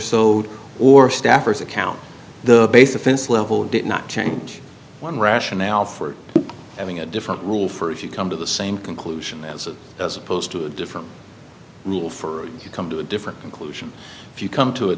so or staffers account the base offense level did not change one rationale for having a different rule for if you come to the same conclusion that as opposed to a different rule for you come to a different conclusion if you come to a